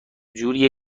جوریه